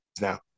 now